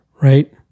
right